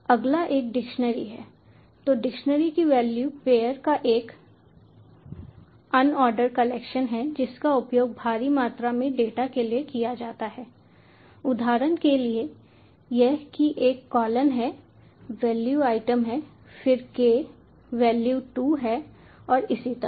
अगला एक डिक्शनरी है तो डिक्शनरी की वैल्यू पेयर का एक अनऑर्डर कलेक्शन है जिसका उपयोग भारी मात्रा में डेटा के लिए किया जाता है उदाहरण के लिए यह की एक कोलन है वैल्यू आइटम है फिर k वैल्यू 2 है और इसी तरह